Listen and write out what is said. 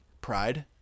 pride